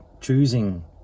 choosing